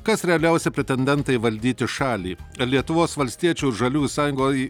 kas realiausi pretendentai valdyti šalį ar lietuvos valstiečių žaliųjų sąjungai